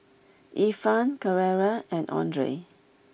Ifan Carrera and Andre